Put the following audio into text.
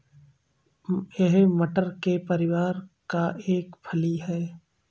यह मटर के परिवार का एक फली है